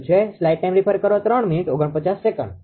એ જ રીતે 𝐼3𝑖4 છે